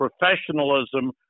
professionalism